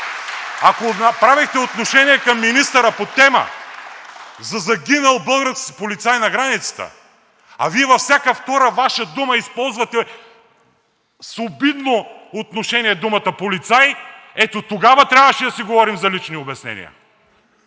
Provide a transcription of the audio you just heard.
Ако правехте отношение към министъра по тема за загинал български полицай на границата, а Вие във всяка втора Ваша дума използвате с обидно отношение думата полицай, ето тогава трябваше да си говорим за лични обяснения.